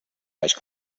baix